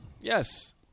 Yes